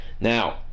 now